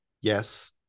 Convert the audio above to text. yes